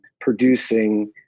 producing